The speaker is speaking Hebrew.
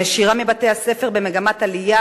הנשירה מבתי-הספר במגמת עלייה,